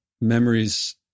memories